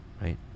Right